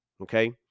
okay